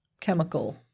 chemical